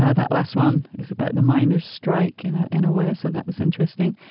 ah that last one is about the miners strike in a and way. so that was interesting.